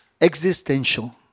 existential